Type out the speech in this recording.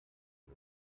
and